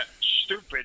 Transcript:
stupid